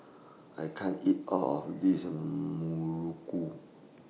I can't eat All of This Muruku